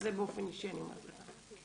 באופן אישי אני אומרת לך.